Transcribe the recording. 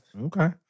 Okay